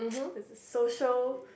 there's a social